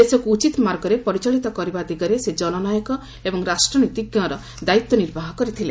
ଦେଶକୁ ଉଚିତ୍ ମାର୍ଗରେ ପରିଚାଳିତ କରିବା ଦିଗରେ ସେ ଜନନାୟକ ଏବଂ ରାଷ୍ଟ୍ରନୀତିଜ୍ଞରୁ ଦାୟିତ୍ୱ ନିର୍ବାହ କରିଥିଲେ